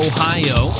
Ohio